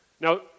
Now